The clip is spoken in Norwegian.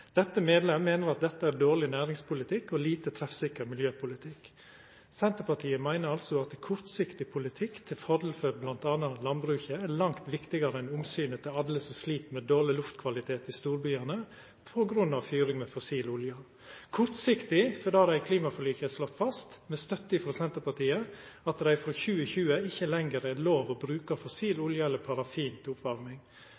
Dette medlem mener at dette er dårlig næringspolitikk og lite treffsikker miljøpolitikk». Senterpartiet meiner altså at kortsiktig politikk til fordel for m.a. landbruket er langt viktigare enn omsynet til alle som slit med dårleg luftkvalitet i storbyane på grunn av fyring med fossil olje – kortsiktig fordi det i klimaforliket er slått fast, med støtte frå Senterpartiet, at det frå 2020 ikkje lenger er lov å bruka